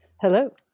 Hello